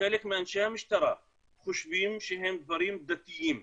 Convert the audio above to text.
וחלק מאנשי המשטרה חושבים שהם דברים דתיים.